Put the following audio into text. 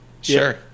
Sure